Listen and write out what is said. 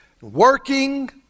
working